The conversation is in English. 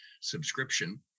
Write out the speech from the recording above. subscription